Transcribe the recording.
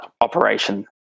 operation